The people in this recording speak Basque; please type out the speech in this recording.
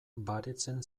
baretzen